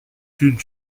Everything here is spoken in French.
qu’une